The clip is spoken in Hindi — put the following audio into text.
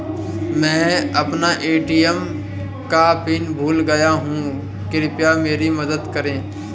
मैं अपना ए.टी.एम का पिन भूल गया हूं, कृपया मेरी मदद करें